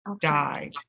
died